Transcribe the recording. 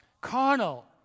carnal